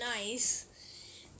nice